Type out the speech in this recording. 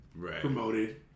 promoted